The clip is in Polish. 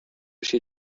się